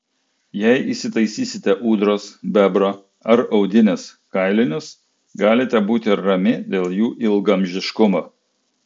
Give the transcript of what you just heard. jei įsitaisysite ūdros bebro ar audinės kailinius galite būti rami dėl jų ilgaamžiškumo